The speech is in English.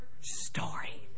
story